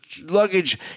luggage